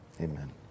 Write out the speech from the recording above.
Amen